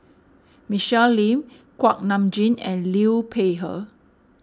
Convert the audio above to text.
Michelle Lim Kuak Nam Jin and Liu Peihe